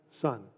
Son